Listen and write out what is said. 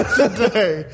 today